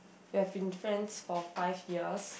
we have been friends for five years